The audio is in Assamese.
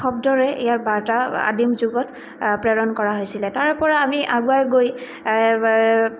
শব্দৰে ইয়াৰ বাৰ্তা আদিম যুগত প্ৰেৰণ কৰা হৈছিলে তাৰপৰা আমি আগুৱাই গৈ